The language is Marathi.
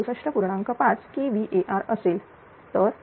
5 kVAr असेल